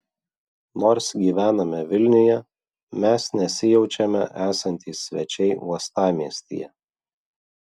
nors gyvename vilniuje mes nesijaučiame esantys svečiai uostamiestyje